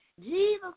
Jesus